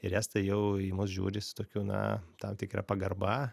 ir estai jau į mus žiūri su tokiu na tam tikra pagarba